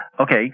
Okay